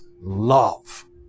love